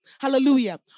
Hallelujah